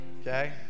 Okay